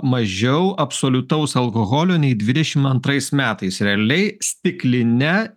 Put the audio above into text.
mažiau absoliutaus alkoholio nei dvidešim antrais metais realiai stikline